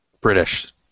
British